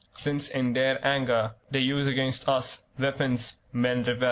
since in their anger they use against us weapons men revere,